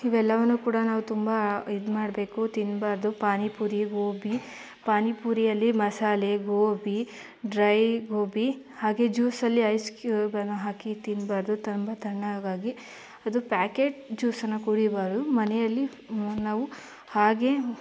ಇವೆಲ್ಲವನ್ನು ಕೂಡ ನಾವು ತುಂಬ ಇದು ಮಾಡಬೇಕು ತಿನ್ನಬಾರ್ದು ಪಾನಿಪುರಿ ಗೋಬಿ ಪಾನಿಪುರಿಯಲ್ಲಿ ಮಸಾಲೆ ಗೋಬಿ ಡ್ರೈ ಗೋಬಿ ಹಾಗೆ ಜ್ಯೂಸಲ್ಲಿ ಐಸ್ ಕ್ಯೂಬನ್ನು ಹಾಕಿ ತಿನ್ನಬಾರ್ದು ತುಂಬ ತಣ್ಣಗಾಗಿ ಅದು ಪ್ಯಾಕೆಟ್ ಜ್ಯೂಸನ್ನು ಕುಡಿಬಾರ್ದು ಮನೆಯಲ್ಲಿ ನಾವು ಹಾಗೆ